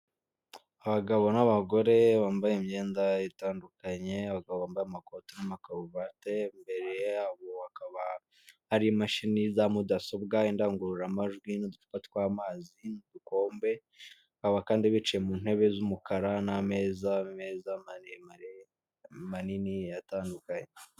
Abagabo n'abagore bambaye imyenda itandukanye, abagabo bambaye amakoti n'amakaruvate imbere yabo hakaba hari imashini za mudasobwa, indangururamajwi n'uducupa tw'amazi n'udukombe akaba kandi bicaye mu ntebe z'umukara n'ameza meza maremare, manini atandukanye.